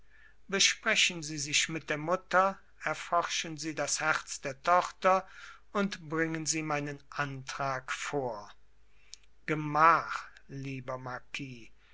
besprechen sie sich mit der mutter erforschen sie das herz der tochter und bringen sie meinen antrag vor gemach lieber